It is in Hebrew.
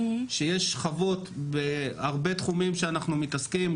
יש שכבות בהרבה תחומים שאנחנו מתעסקים בהם,